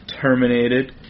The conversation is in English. terminated